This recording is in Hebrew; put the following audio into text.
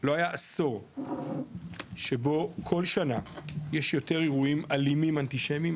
לא היה עשור שבו כל שנה יש יותר אירועים אלימים אנטישמיים,